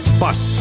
bus